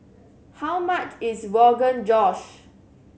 how much is Rogan Josh